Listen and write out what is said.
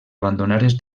abandonades